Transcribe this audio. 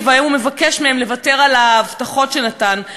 והיום הוא מבקש מהם לוותר על ההבטחות שנתן,